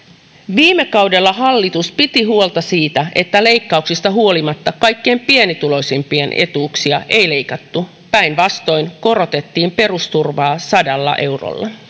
viime kaudella hallitus piti huolta siitä että leikkauksista huolimatta kaikkein pienituloisimpien etuuksia ei leikattu päinvastoin korotettiin perusturvaa sadalla eurolla